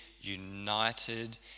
united